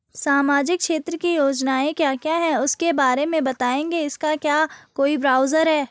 सामाजिक क्षेत्र की योजनाएँ क्या क्या हैं उसके बारे में बताएँगे इसका क्या कोई ब्राउज़र है?